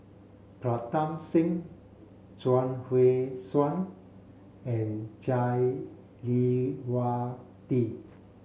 Pritam Singh Chuang Hui Tsuan and Jah Lelawati